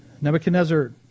Nebuchadnezzar